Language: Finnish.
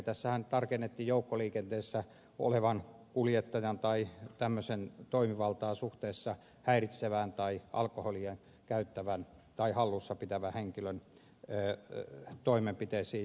tässähän tarkennettiin joukkoliikenteessä olevan kuljettajan tai tämmöisen toimivaltaa suhteessa häiritsevän tai alkoholia käyttävän tai hallussa pitävän henkilön toimenpiteisiin